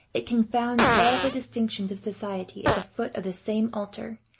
it confounds all the distinctions of society at the foot of the same altar,